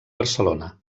barcelona